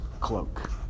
cloak